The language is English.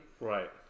Right